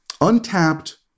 untapped